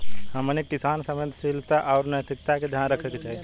हमनी के किसान के संवेदनशीलता आउर नैतिकता के ध्यान रखे के चाही